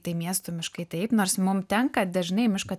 tai miestų miškai taip nors mum tenka dažnai miško